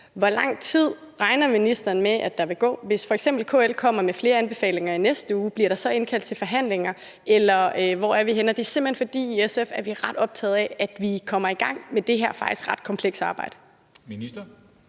hvor lang tid ministeren regner med der vil gå. Hvis f.eks. KL kommer med flere anbefalinger i næste uge, bliver der så indkaldt til forhandlinger, eller hvor er vi henne? Det er simpelt hen, fordi vi i SF er ret optaget af, at vi kommer i gang med det her faktisk ret komplekse arbejde. Kl.